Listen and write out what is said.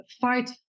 fight